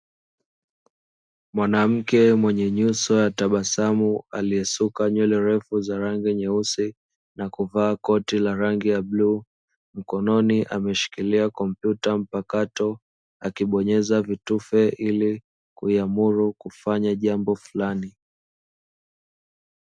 Mwanamke mwenye nyuso ya tabasamu aliyesuka nywele refu za rangi nyeusi na kuvaa koti la rangi ya bluu, mkononi ameshikilia kompyuta mpakato akibonyeza vitufe ili kuiamuru kufanya jambo fulani.